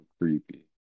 creepy